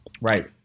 Right